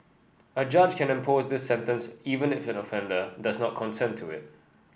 a judge can impose this sentence even if an offender does not consent to it